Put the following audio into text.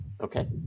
Okay